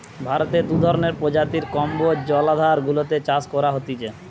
ভারতে দু ধরণের প্রজাতির কম্বোজ জলাধার গুলাতে চাষ করা হতিছে